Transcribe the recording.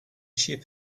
ship